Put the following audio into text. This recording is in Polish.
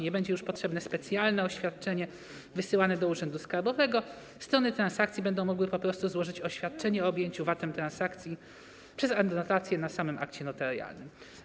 Nie będzie już potrzebne specjalne oświadczenie wysyłane do urzędu skarbowego - strony transakcji będą mogły po prostu złożyć oświadczenie o objęciu VAT-em transakcji przez adnotację na samym akcie notarialnym.